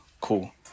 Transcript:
Cool